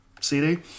CD